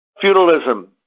feudalism